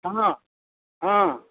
सुनऽ हँ